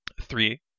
Three